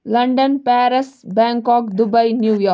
London Paris Bangkok Dubai Nivea